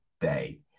Day